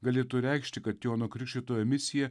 galėtų reikšti kad jono krikštytojo misija